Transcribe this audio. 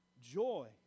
joy